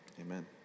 amen